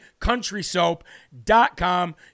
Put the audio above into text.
countrysoap.com